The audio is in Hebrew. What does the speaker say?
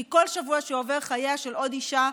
כי כל שבוע שעובר חייה של עוד אישה,